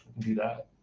can do that.